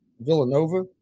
Villanova